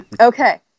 Okay